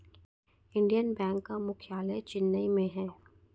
Indian Bank का मुख्यालय चेन्नई में है